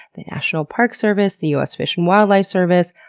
the national parks service, the u s. fish and wildlife service,